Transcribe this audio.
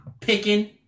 picking